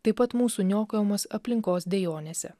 taip pat mūsų niokojamos aplinkos dejonėse